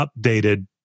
updated